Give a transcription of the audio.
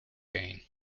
gain